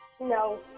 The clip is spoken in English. No